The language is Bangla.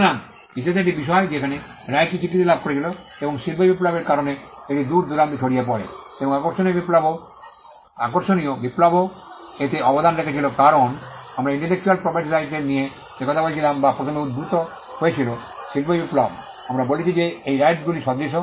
সুতরাং এটি ইতিহাসের একটি বিষয় যেখানে রাইটসটি স্বীকৃতি লাভ করেছিল এবং শিল্প বিপ্লবের কারণে এটি দূরদূরান্তে ছড়িয়ে পড়ে এবং আকর্ষণীয় বিপ্লবও এতে অবদান রেখেছিল কারণ আমরা ইন্টেলেকচুয়াল প্রপার্টি রাইটস এর নিয়ে যে কথা বলছিলাম বা প্রথমে উদ্ভূত হয়েছিল শিল্প বিপ্লব আমরা বলেছি যে এই রাইটসগুলি সদৃশ